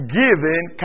giving